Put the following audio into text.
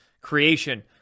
Creation